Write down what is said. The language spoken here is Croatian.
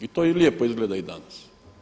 I to lijepo izgleda i danas.